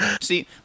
See